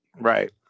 Right